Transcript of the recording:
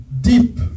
deep